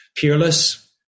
Peerless